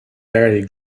vary